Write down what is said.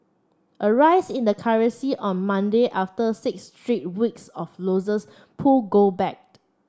a rise in the currency on Monday after six straight weeks of losses pulled gold back